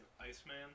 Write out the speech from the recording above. Iceman